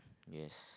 yes